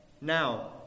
Now